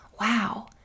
wow